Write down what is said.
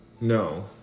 No